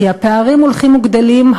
כי הפערים הולכים וגדלים,